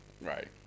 Right